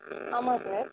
ஆமாம் சார்